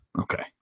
Okay